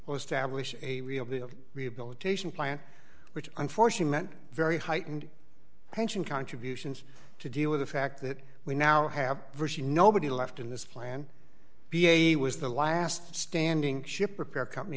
will establish a real the rehabilitation plan which i'm for she meant very heightened pension contributions to deal with the fact that we now have virtually nobody left in this plan b a was the last standing ship repair company